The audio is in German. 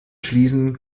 schließen